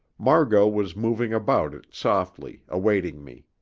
mar-got was moving about it softly, awaiting me.